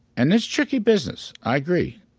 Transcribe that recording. and it's tricky business. i agree.